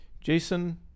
jason